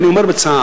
ואני אומר בצער,